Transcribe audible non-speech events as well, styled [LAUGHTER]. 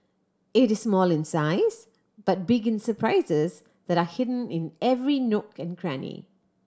it is small in size but big in surprises that are [UNINTELLIGIBLE] in every nook and cranny